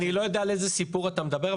אני לא יודע על איזה סיפור אתה מדבר,